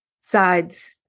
sides